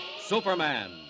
Superman